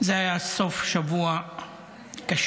זה היה סוף שבוע קשה,